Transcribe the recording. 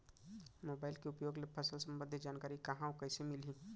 Mobile के उपयोग ले फसल सम्बन्धी जानकारी कहाँ अऊ कइसे मिलही?